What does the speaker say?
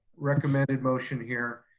recommended motion here,